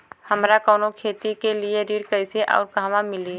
हमरा कवनो खेती के लिये ऋण कइसे अउर कहवा मिली?